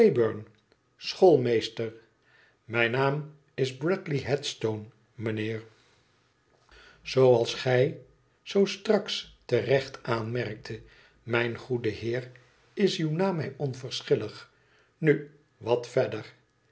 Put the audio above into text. wrayburn schoolmeester mijn naam is bradley headstone mijnheer zooals gij zoo straks te lecht aanmerktet mijn goede heer is uw naam mij onverschillig nu wat verder